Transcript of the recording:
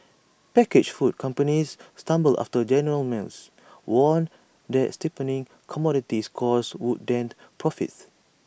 packaged food companies stumbled after general mills warned that steepening commodities costs would dent profits